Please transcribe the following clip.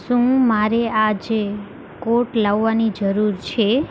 શું મારે આજે કોટ લાવવાની જરૂર છે